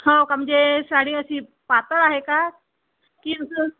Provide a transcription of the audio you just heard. हो का म्हणजे साडी अशी पातळ आहे का की असं